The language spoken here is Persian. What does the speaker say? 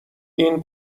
این